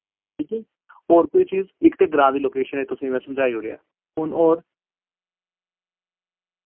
ठीक ऐ और कोई चीज इक ते ग्रां दी लोकेशने तुसें में समझाई'ओड़ेया हुन और